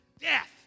death